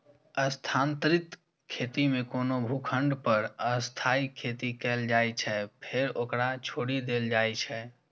स्थानांतरित खेती मे कोनो भूखंड पर अस्थायी खेती कैल जाइ छै, फेर ओकरा छोड़ि देल जाइ छै